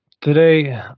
Today